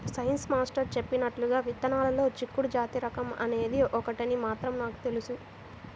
science master చెప్పినట్లుగా విత్తనాల్లో చిక్కుడు జాతి రకం అనేది ఒకటని మాత్రం నాకు తెలుసు